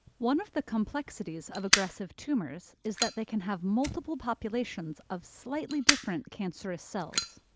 one of the complexities of aggressive tumors is that they can have multiple populations of slightly different cancerous cells.